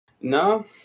No